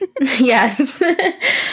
Yes